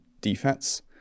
defense